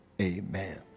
amen